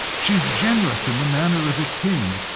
she's generous in the manner of a king.